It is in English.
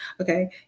Okay